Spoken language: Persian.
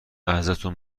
ازتون